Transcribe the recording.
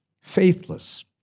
faithless